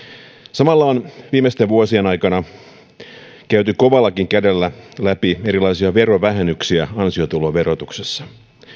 samalla on viimeisten vuosien aikana käyty kovallakin kädellä läpi erilaisia verovähennyksiä ansiotuloverotuksessa